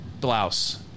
blouse